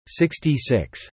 66